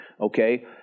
okay